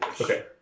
Okay